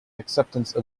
acceptation